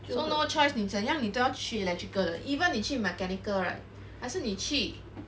so no choice 你怎样你都要去 electrical 的 even 你去 mechanical right 还是你去